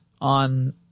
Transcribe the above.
on